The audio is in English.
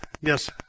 Yes